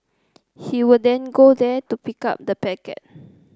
he would then go there to pick up the packet